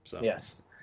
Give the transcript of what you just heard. Yes